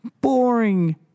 Boring